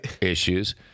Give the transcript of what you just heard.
issues